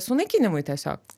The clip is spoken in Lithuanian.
sunaikinimui tiesiog